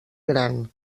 gran